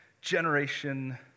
generation